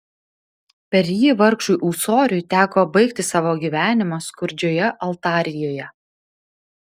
per jį vargšui ūsoriui teko baigti savo gyvenimą skurdžioje altarijoje